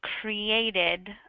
created